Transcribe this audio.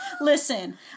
listen